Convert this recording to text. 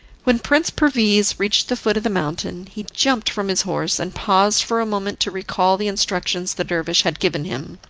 when prince perviz reached the foot of the mountain he jumped from his horse, and paused for a moment to recall the instructions the dervish had given him.